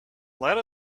that